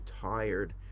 tired